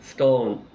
Stone